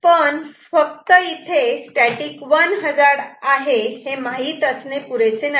पण फक्त इथे स्टॅटिक 1 हजार्ड आहे माहीत असणे पुरेसे नाही